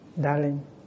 Darling